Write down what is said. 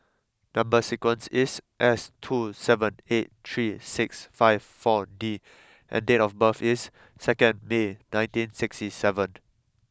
number sequence is S two seven eight three six five four D and date of birth is second May nineteen sixty seven